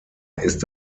ist